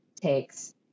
takes